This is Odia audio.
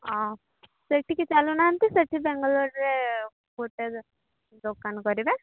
ହଁ ସେଠିକି ଚାଲୁନାହାନ୍ତି ସେଠି ବେଙ୍ଗଲୋରରେ ଗୋଟେ ଦୋକାନ କରିବେ